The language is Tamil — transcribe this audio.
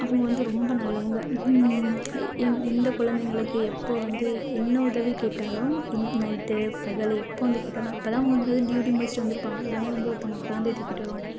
அவங்க வந்து ரொம்ப நல்லவங்க எந் எந்த குழந்தைங்களுக்கு எப்போ வந்து என்ன உதவி கேட்டாலும் ந் நைட்டு பகல் எப்போ வந்து கேட்டாலும் அப்போ தான் அவங்க வந்து ட்யூட்டி முடிச்சிவிட்டு வந்து இருப்பாங்க உடனே வந்து ஒருந்தவங்க குழந்தைய தூக்கிகிட்டு வருவாங்க